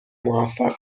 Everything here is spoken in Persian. موفق